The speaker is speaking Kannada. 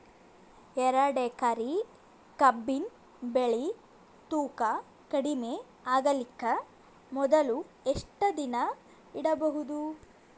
ಎರಡೇಕರಿ ಕಬ್ಬಿನ್ ಬೆಳಿ ತೂಕ ಕಡಿಮೆ ಆಗಲಿಕ ಮೊದಲು ಎಷ್ಟ ದಿನ ಇಡಬಹುದು?